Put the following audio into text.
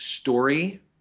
story